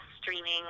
streaming